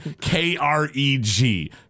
K-R-E-G